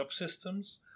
subsystems